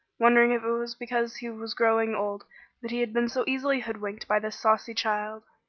wondering if it was because he was growing old that he had been so easily hoodwinked by this saucy child.